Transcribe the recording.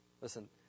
Listen